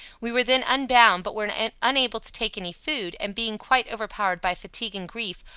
we were then unbound, but were and and unable to take any food and, being quite overpowered by fatigue and grief,